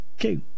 Okay